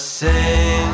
sing